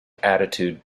attitude